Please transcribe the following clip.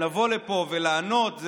שיבואו לפה לענות,